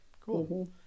cool